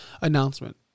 announcement